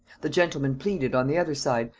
the gentlemen pleaded, on the other side,